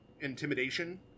Intimidation